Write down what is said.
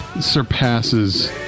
surpasses